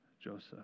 Joseph